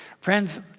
Friends